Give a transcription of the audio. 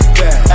bad